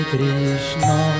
Krishna